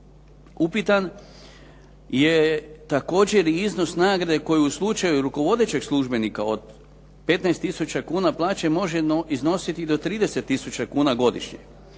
Upitan je također i iznos nagrade koju u slučaju rukovodećeg službenika od 15 tisuća kuna plaće može iznositi i do 30 tisuća kuna godišnje.